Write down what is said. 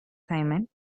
simone